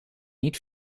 niet